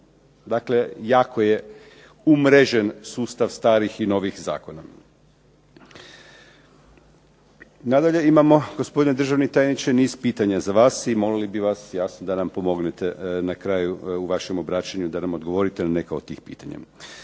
dakle jako je umrežen sustav starih i novih zakona. Nadalje imamo gospodine državni tajniče niz pitanja za vas i molili bi vas jasno da nam pomognete, na kraju u vašem obraćanju da nam odgovorite na neka od tih pitanja.